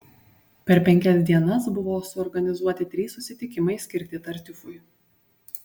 per penkias dienas buvo suorganizuoti trys susitikimai skirti tartiufui